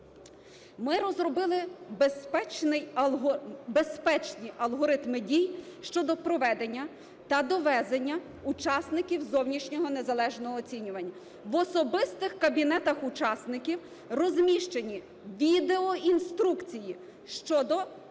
Ми розробили безпечні алгоритми дій щодо проведення та довезення учасників зовнішнього незалежного оцінювання. В особистих кабінетах учасників розміщено відеоінструкції щодо правил